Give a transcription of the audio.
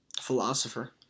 philosopher